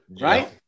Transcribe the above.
right